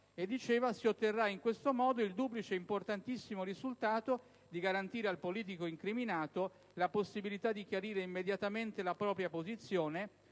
«Si otterrà in questo modo il duplice importantissimo risultato di garantire al politico incriminato la possibilità di chiarire immediatamente la propria posizione